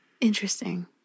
Interesting